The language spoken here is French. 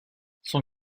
son